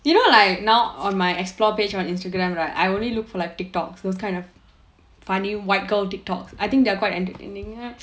you know like now on my explore page on Instagram right I only look for like TikTok those kind of funny white girl TikTok I think they are quite entertaining